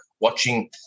watching